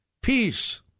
peace